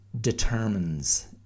determines